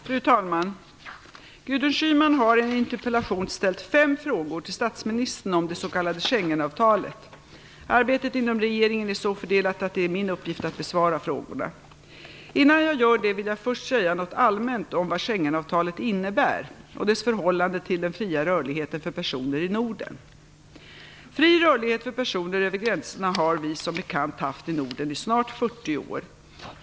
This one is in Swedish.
Fru talman! Gudrun Schyman har i en interpellation ställt fem frågor till statsministern om det s.k. Schengenavtalet. Arbetet inom regeringen är så fördelat att det är min uppgift att besvara frågorna. Innan jag gör det vill jag först säga något allmänt om vad Fri rörlighet för personer över gränserna har vi som bekant haft i Norden i snart 40 år.